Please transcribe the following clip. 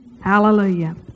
Hallelujah